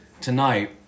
tonight